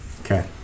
Okay